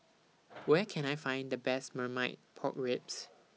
Where Can I Find The Best Marmite Pork Ribs